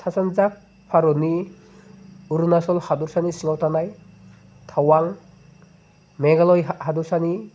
सा सानजा भारतनि अरुनाचल हादरसानि सिङाव थानाय टावां मेघालय हादरसानि